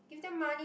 give them money